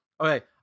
Okay